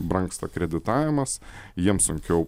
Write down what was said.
brangsta kreditavimas jiems sunkiau